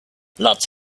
lots